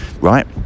right